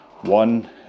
one